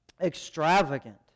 Extravagant